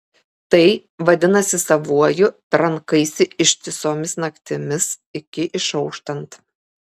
tai vadinasi savuoju trankaisi ištisomis naktimis iki išauštant